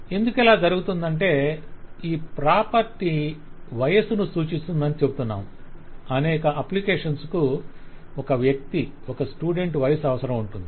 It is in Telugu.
ఎందుకిలా జరగుతుందంటే ఈ ప్రాపర్టీ వయస్సు ను సూచిస్తుందని చెబుతున్నాము అనేక అప్లికేషన్స్ కు ఒక వ్యక్తి ఒక స్టూడెంట్ వయస్సు అవసరముంటుంది